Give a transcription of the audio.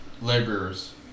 laborers